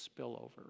spillover